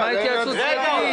על מה התייעצות סיעתית?